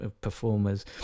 performers